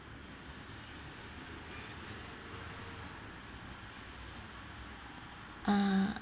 uh